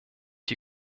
die